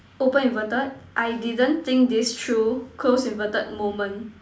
open inverted I didn't think this through close inverted moment